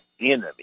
enemy